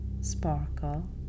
sparkle